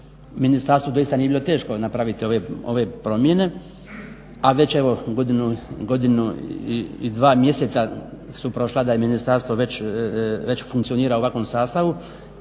ministarstvu doista nije bilo teško napraviti ove promjene, a već evo 1 godinu i 2 mjeseca su prošla da je ministarstvo već funkcionira u ovakvom sastavu.